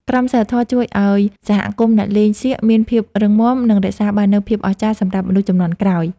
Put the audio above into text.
ក្រមសីលធម៌ជួយឱ្យសហគមន៍អ្នកលេងសៀកមានភាពរឹងមាំ និង រក្សាបាននូវភាពអស្ចារ្យសម្រាប់មនុស្សជំនាន់ក្រោយ។